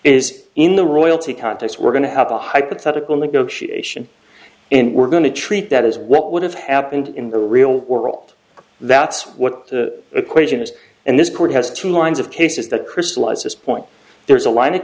is in the royalty context we're going to have a hypothetical negotiation and we're going to treat that as what would have happened in the real world that's what the equation is and this court has two lines of cases that crystallized this point there's a line of